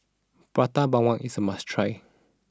Prata Bawang is a must try